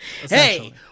Hey